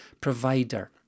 provider